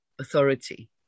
authority